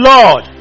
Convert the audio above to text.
Lord